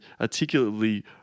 articulately